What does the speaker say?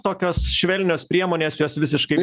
tokios švelnios priemonės jos visiškai